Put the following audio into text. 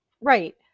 Right